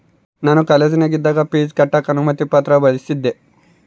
ನಾನು ಕಾಲೇಜಿನಗಿದ್ದಾಗ ಪೀಜ್ ಕಟ್ಟಕ ಅನುಮತಿ ಪತ್ರ ಬಳಿಸಿದ್ದೆ